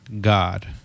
God